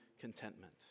contentment